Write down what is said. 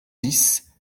dix